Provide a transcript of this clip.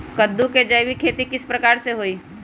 कददु के जैविक खेती किस प्रकार से होई?